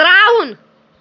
ترٛاوُن